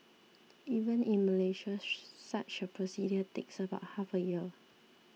even in Malaysia such a procedure takes about half a year